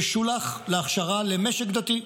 תשולח להכשרה במשק דתי.